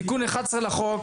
תיקון מס' 11 לחוק,